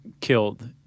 killed